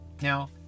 Now